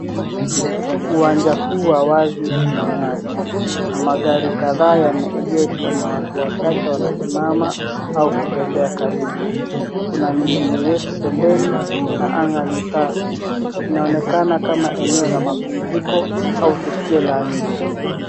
Uwanja huu wa wazi una nyasi, na magari kadhaa yameegeshwa na watu kadhaa wamesimama, au kutembea karibu. Kuna miti mirefu pembeni, na anga ni safi. Inaonekana kama eneo la mapumziko, au tukio la nje.